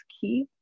key